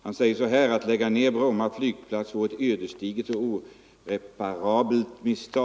Han säger: Om bibehållande ”Att lägga ner Bromma flygplats vore ett ödesdigert och oreparabelt = av Bromma misstag.